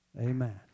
Amen